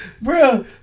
bro